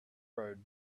road